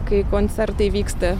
kai koncertai vyksta